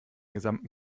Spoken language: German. gesamten